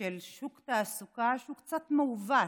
של שוק תעסוקה שהוא קצת מעוות,